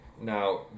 Now